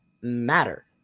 matter